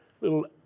little